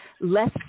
less